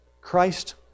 Christ